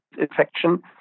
infection